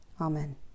Amen